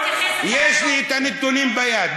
יש לי נתונים ביד,